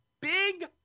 big